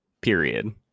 Period